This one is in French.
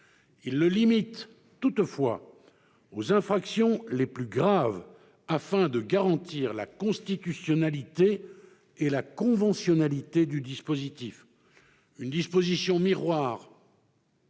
Il le limite toutefois aux infractions les plus graves afin de garantir la constitutionnalité et la conventionnalité du dispositif. Une disposition miroir